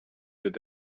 their